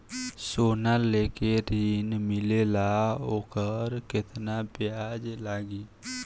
सोना लेके ऋण मिलेला वोकर केतना ब्याज लागी?